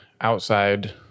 outside